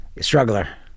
Struggler